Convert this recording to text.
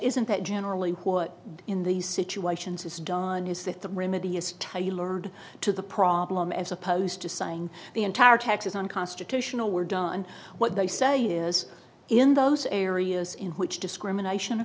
isn't that generally what in these situations is don is that the remedy is tie lurd to the problem as opposed to saying the entire tax is unconstitutional were done what they say is in those areas in which discrimination